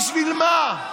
בשביל מה?